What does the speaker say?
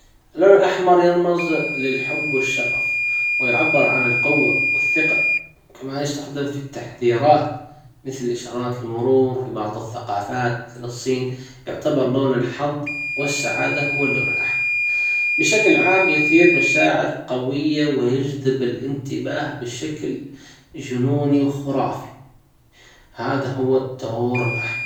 اللون الأحمر يرمز للحب والشغف ويعبر عن القوة والثقة كمان يستخدم في التحذيرات مثل اشارات المرور في بعض الثقافات مثل الصين يعتبر لون الحظ والسعادة هو اللون الأحمر بشكل عام يثير مشاعر قوية ويجذب تباه بشكل جنوني وخرافي هذا هو الدهور الاحمر.